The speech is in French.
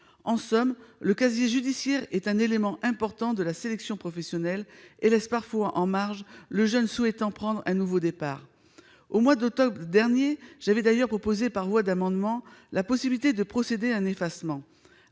En somme, le casier judiciaire est un élément important de la sélection professionnelle et laisse parfois en marge le jeune souhaitant prendre un nouveau départ. Au mois d'octobre dernier, j'avais proposé par voie d'amendement la possibilité de procéder à un effacement